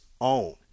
own